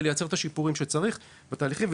ולייצר את השיפורים שצריך בתהליכים.